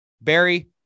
Barry